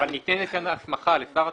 אבל ניתן את ההסמכה לשר התחבורה,